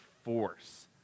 force